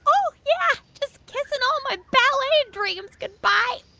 oh, yeah. just kissing all my ballet dreams goodbye.